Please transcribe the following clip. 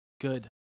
Good